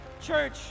Church